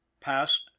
Past